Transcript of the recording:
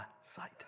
sight